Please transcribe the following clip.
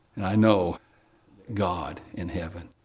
and i know god in heaven,